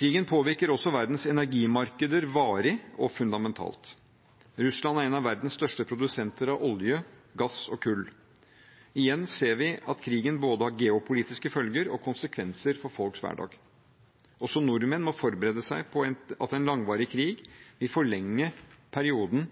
Krigen påvirker også verdens energimarkeder varig og fundamentalt. Russland er en av verdens største produsenter av olje, gass og kull. Igjen ser vi at krigen har både geopolitiske følger og konsekvenser for folks hverdag. Også nordmenn må forberede seg på at en langvarig krig vil forlenge perioden